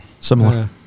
Similar